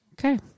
Okay